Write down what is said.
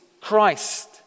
Christ